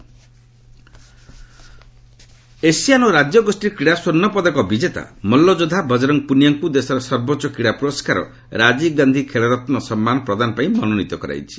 Bajrang Punia Asian ଓ ରାଜ୍ୟଗୋଷୀ କ୍ରୀଡ଼ା ସ୍ୱର୍ଷ୍ଣ ପଦକ ବିଜେତା ମଲ୍ଲଯୋଦ୍ଧା ବଜରଙ୍ଗ ପୁନିଆଙ୍କୁ ଦେଶର ସର୍ବୋଚ୍ଚ କ୍ରୀଡ଼ା ପୁରସ୍କାର ରାଜୀବ ଗାନ୍ଧି ଖେଳରତ୍ନ ସମ୍ମାନ ପ୍ରଦାନ ପାଇଁ ମନୋନୀତ କରାଯାଇଛି